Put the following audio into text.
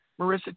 marissa